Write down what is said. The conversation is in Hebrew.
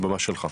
במה שלך.